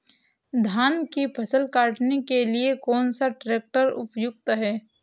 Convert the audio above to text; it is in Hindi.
धान की फसल काटने के लिए कौन सा ट्रैक्टर उपयुक्त है?